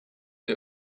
the